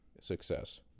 success